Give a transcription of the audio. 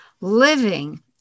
living